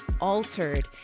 altered